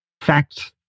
fact